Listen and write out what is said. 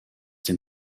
den